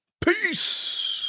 Peace